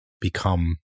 become